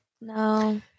No